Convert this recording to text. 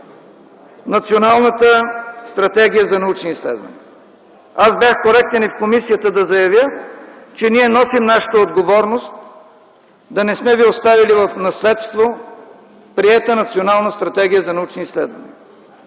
националната стратегия за научни изследвания. Аз бях коректен и в комисията да заявя, че ние носим нашата отговорност да не сме ви оставили в наследство приета Национална стратегия за научни изследвания.